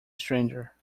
stranger